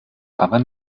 aber